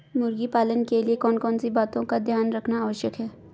मुर्गी पालन के लिए कौन कौन सी बातों का ध्यान रखना आवश्यक है?